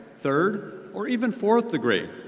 third or even fourth degree.